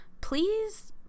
please